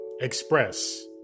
express